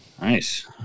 Nice